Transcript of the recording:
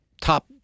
top